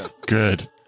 Good